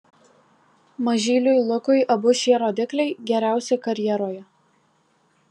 mažyliui lukui abu šie rodikliai geriausi karjeroje